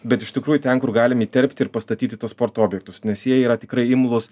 bet iš tikrųjų ten kur galim įterpti ir pastatyti tuos sporto objektus nes jie yra tikrai imlūs